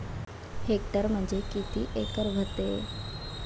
Hectare म्हणजे किती acre व्हते?